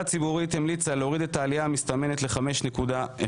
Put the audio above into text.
הציבורית המליצה להוריד את העלייה המסתמנת ל-5.1%,